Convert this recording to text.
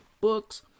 books